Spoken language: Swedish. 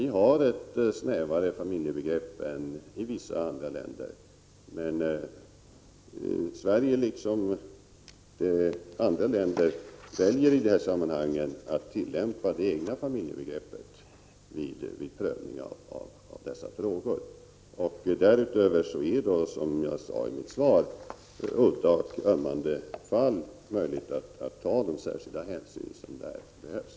Vi har ett snävare familjebegrepp än i vissa andra länder, men i'Sverige liksom i andra länder väljer vi att tillämpa det egna familjebegreppet vid prövning av dessa frågor. Därutöver är det, som jag sade i mitt svar, möjligt att i udda och ömmande fall ta de särskilda hänsyn som behövs.